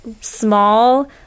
small